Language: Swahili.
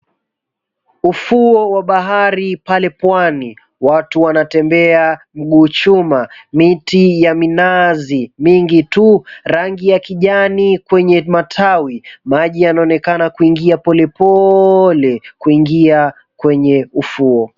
Ufuo wa bahari pale pwani. Watu wanatembea mguu chuma, miti ya minazi mingi tu rangi, ya kijani kwenye matawi, maji yanaonekana kuingia polepole kuingia kwenye ufuo.